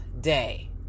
day